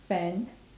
fan